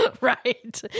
right